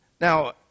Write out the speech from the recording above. Now